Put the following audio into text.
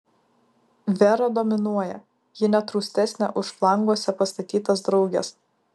vera dominuoja ji net rūstesnė už flanguose pastatytas drauges